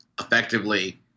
effectively